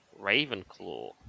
Ravenclaw